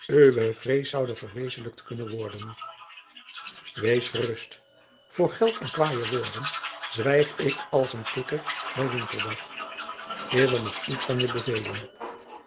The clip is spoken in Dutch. uwe vrees zoude verwezenlijkt kunnen worden wees gerust voor geld en kwaê woorden zwijg ik als een kikker bij winterdag is er nog iets van je bevelen